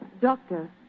doctor